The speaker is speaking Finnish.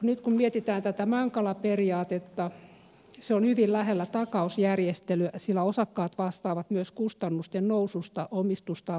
nyt kun mietitään tätä mankala periaatetta se on hyvin lähellä takausjärjestelyä sillä osakkaat vastaavat myös kustannusten noususta omistustaan vastaavalla osuudella